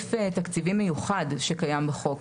סעיף תקציבי מיוחד שקיים בחוק.